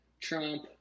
Trump